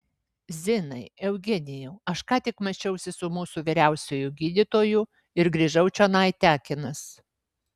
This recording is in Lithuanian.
zinai eugenijau aš ką tik mačiausi su mūsų vyriausiuoju gydytoju ir grįžau čionai tekinas